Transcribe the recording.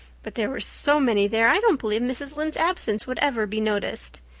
but there were so many there i don't believe mrs. lynde's absence would ever be noticed.